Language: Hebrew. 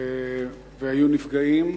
והיו נפגעים,